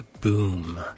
boom